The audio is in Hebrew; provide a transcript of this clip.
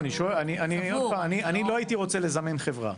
אני לא הייתי רוצה לזמן חברה.